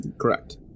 Correct